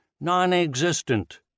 non-existent